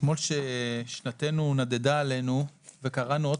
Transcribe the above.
אתמול כששנתנו נדדה עלינו וקראנו עוד